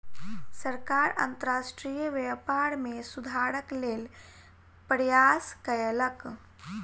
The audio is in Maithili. सरकार अंतर्राष्ट्रीय व्यापार में सुधारक लेल प्रयास कयलक